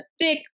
thick